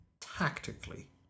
tactically